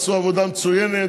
עשו עבודה מצוינת,